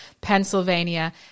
Pennsylvania